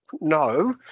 No